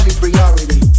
Priority